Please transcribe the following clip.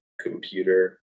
computer